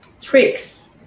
tricks